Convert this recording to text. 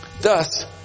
Thus